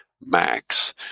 max